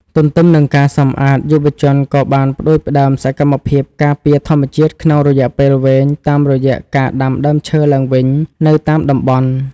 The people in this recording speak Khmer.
ទន្ទឹមនឹងការសម្អាត យុវជនក៏បានផ្ដួចផ្ដើមសកម្មភាពការពារធម្មជាតិក្នុងរយៈពេលវែង តាមរយៈការដាំដើមឈើឡើងវិញនៅតាមតំបន់។